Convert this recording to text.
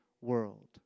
world